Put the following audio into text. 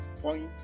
point